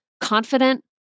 confident